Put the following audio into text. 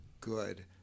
good